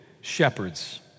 shepherds